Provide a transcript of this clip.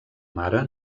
mare